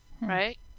right